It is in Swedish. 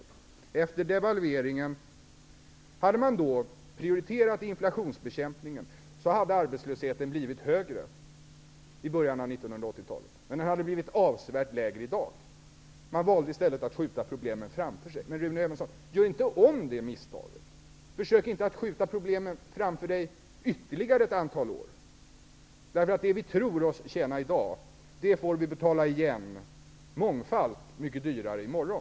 Hade man efter devalveringen prioriterat inflationsbekämpningen, hade arbetslösheten blivit högre i början av 1980-talet. Men den hade blivit avsevärt lägre i dag. Man valde i stället att skjuta problemet framför sig. Men, Rune Evensson, gör inte om det misstaget! Försök inte att skjuta problemen framför dig ytterligare ett antal år! Det vi tror oss tjäna i dag, får vi betala igen mångfalt dyrare i morgon.